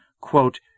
quote